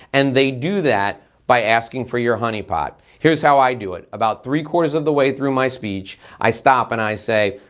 and they do that by asking for your honey pot. here's how i do it. about three quarters of the way through my speech i stop and i say,